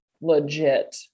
legit